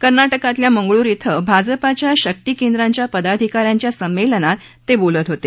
कर्नाटकातल्या मंगळुरु श्विं भाजपाच्या शक्ती केंद्राच्या पदाधिका यांच्या संमेलनात ते बोलत होते